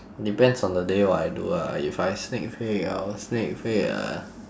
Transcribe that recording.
depends on the day what I do ah if I sneak peek I will sneak peek uh